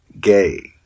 gay